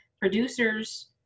producers